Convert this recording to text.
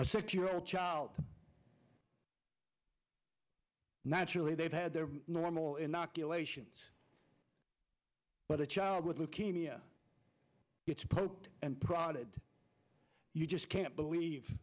a six year old child naturally they've had their normal inoculations but a child with leukemia gets poked and prodded you just can't believe